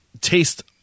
taste